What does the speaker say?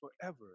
forever